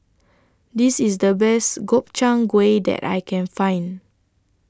This IS The Best Gobchang Gui that I Can Find